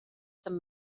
some